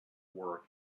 work